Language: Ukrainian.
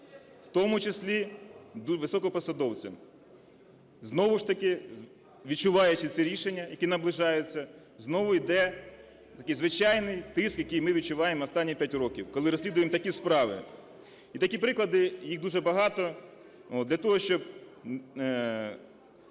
в тому числі високопосадовцям. Знову ж таки, відчуваючи це рішення, яке наближається, знову йде такий звичайний тиск, який ми відчуваємо останні 5 років, коли розслідуємо такі справи. І такі приклади, їх дуже багато. Для того, щоб…